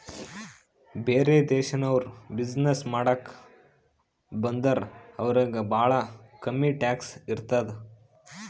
ಬ್ಯಾರೆ ದೇಶನವ್ರು ಬಿಸಿನ್ನೆಸ್ ಮಾಡಾಕ ಬಂದುರ್ ಅವ್ರಿಗ ಭಾಳ ಕಮ್ಮಿ ಟ್ಯಾಕ್ಸ್ ಇರ್ತುದ್